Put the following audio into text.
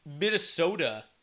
Minnesota